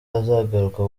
azagaruka